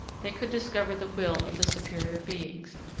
they could discover the will of the superior beings,